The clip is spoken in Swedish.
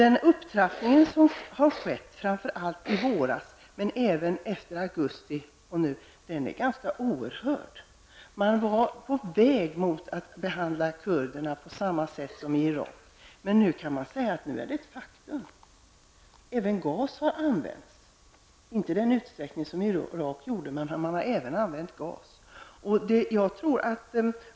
Den upptrappning som har skett framför allt i våras men även sedan augusti är oerhörd. Tidigare var man i Turkiet på väg mot att behandla kurderna på samma sätt som i Irak, men nu kan det sägas vara ett faktum. Även gas har använts, inte i den utsträckning som skett i Irak, men man har alltså även använt gas.